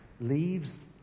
leaves